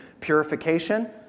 purification